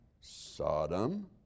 Sodom